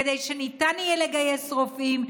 כדי שניתן יהיה לגייס רופאים,